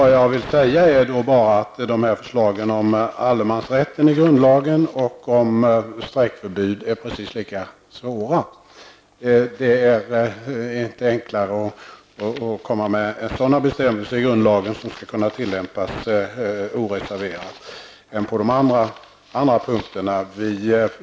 De här förslagen om allemansrätten i grundlagen och om strejkförbud är precis lika svåra. Det är inte enklare att komma med sådana bestämmelser i grundlagen som skall kunna tillämpas oreserverat, än vad det är på de andra punkterna.